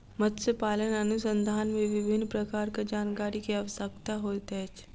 मत्स्य पालन अनुसंधान मे विभिन्न प्रकारक जानकारी के आवश्यकता होइत अछि